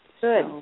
Good